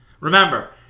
Remember